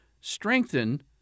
strengthen